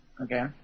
Okay